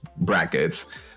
brackets